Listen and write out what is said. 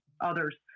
others